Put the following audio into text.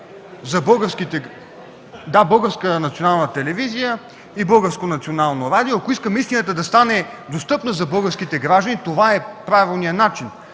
да бъде пряко излъчвана по Българската национална телевизия и Българското национално радио. Ако искаме истината да стане достъпна за българските граждани, това е правилният начин.